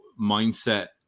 mindset